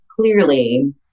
clearly